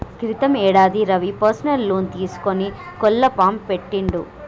క్రితం యేడాది Ravi personal loan తీసుకొని కోళ్ల ఫాం పెట్టిండు